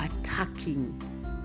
attacking